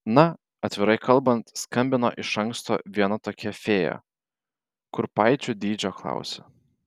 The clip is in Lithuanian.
na atvirai kalbant skambino iš anksto viena tokia fėja kurpaičių dydžio klausė